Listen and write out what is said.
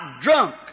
drunk